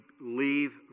leave